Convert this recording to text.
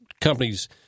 companies